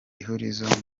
ihurizo